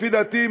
לפי דעתי,